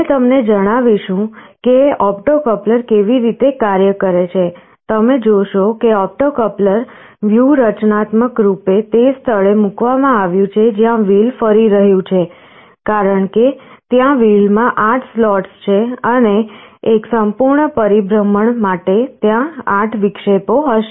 અમે તમને જણાવીશું કે ઓપ્ટો કપ્લર કેવી રીતે કાર્ય કરે છે તમે જોશો કે ઓપ્ટો કપ્લર વ્યૂહરચનાત્મક રૂપે તે સ્થળે મૂકવામાં આવ્યું છે જ્યાં વ્હીલ ફરી રહ્યું છે કારણ કે ત્યાં વ્હીલ માં 8 સ્લોટ્સ છે અને એક સંપૂર્ણ પરિભ્રમણ માટે ત્યાં 8 વિક્ષેપો હશે